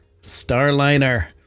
Starliner